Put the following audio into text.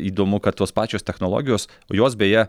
įdomu kad tos pačios technologijos jos beje